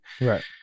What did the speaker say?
Right